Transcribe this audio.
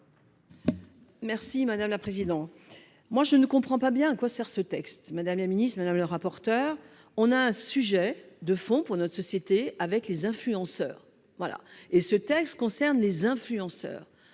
Merci madame la présidente. Moi je ne comprends pas bien à quoi sert ce texte Madame la Madame le rapporteur. On a un sujet de fond pour notre société avec les influenceurs. Voilà et ce texte concerne les influenceurs.